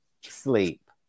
sleep